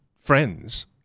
friends